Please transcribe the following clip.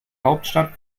hauptstadt